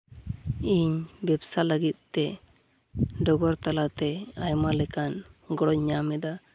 ᱤᱧ ᱵᱮᱵᱥᱟ ᱞᱟᱹᱜᱤᱫ ᱛᱮ ᱰᱚᱜᱚᱨ ᱛᱟᱞᱟᱛᱮ ᱟᱭᱢᱟ ᱞᱮᱠᱟᱱ ᱜᱚᱲᱚᱧ ᱧᱟᱢᱮᱫᱟ